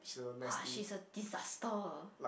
!wah! she's a disaster